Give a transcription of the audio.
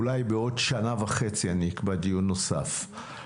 אולי בעוד שנה וחצי נקבע דיון נוסף.